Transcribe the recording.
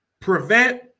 prevent